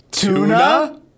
Tuna